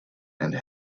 and